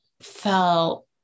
felt